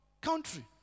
country